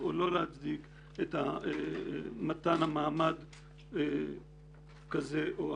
או לא להצדיק את מתן המעמד הזה או האחר.